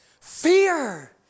Fear